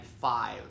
five